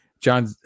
John